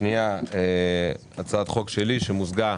שנייה הצעת חוק שלי, שמוזגו